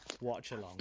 watch-along